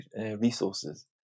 resources